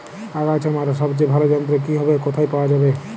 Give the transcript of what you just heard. আগাছা মারার সবচেয়ে ভালো যন্ত্র কি হবে ও কোথায় পাওয়া যাবে?